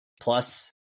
plus